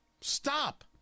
Stop